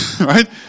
right